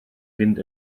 fynd